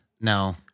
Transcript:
No